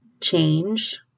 change